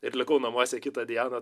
ir likau namuose kitą dieną